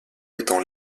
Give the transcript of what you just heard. étant